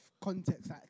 context